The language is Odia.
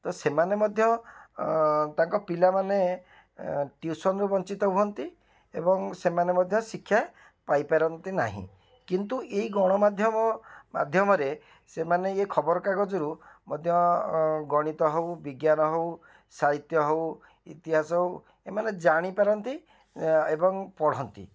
ତ ସେମାନେ ମଧ୍ୟ ଅ ତାଙ୍କ ପିଲାମାନେ ଏ ଟିଉସନ୍ ରୁ ବଞ୍ଚିତ ହୁଅନ୍ତି ଏବଂ ସେମାନେ ମଧ୍ୟ ଶିକ୍ଷା ପାଇପାରନ୍ତି ନାହିଁ କିନ୍ତୁ ଏଇ ଗଣମାଧ୍ୟମ ମାଧ୍ୟମରେ ସେମାନେ ଏ ଖବରକାଗଜରୁ ମଧ୍ୟ ଗଣିତ ହଉ ବିଜ୍ଞାନ ହଉ ସାହିତ୍ୟ ହଉ ଇତିହାସ ହଉ ଏମାନେ ଜାଣିପାରନ୍ତି ଏବଂ ପଢ଼ନ୍ତି